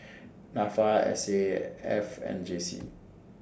Nafa S A F and J C